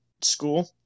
school